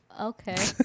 Okay